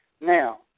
Now